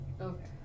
Okay